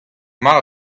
mat